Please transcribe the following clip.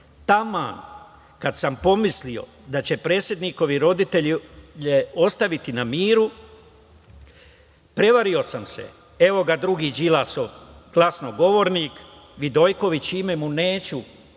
kada sam pomislio da će predsednikove roditelje ostaviti na miru, prevario sam se. Evo ga i drugi Đilasov glasnogovornik Vidojković, ime neću